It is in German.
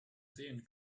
sehen